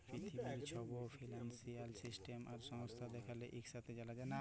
পিথিবীর ছব financial system আর সংস্থা যেখালে ইকসাথে জালা যায়